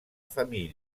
famille